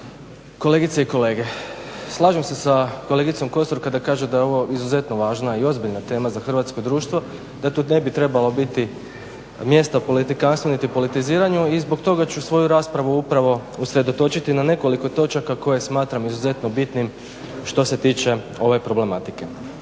kolegice i kolege. Slažem se sa kolegicom Kosor kada kaže da je ovo izuzetno važna i ozbiljna tema za hrvatsko društvo, da to ne bi trebalo biti mjesto politikanstvu, niti politiziranju i zbog toga ću svoju raspravu upravo usredotočiti na nekoliko točaka koje smatram izuzetno bitnim što se tiče ove problematike.